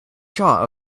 shot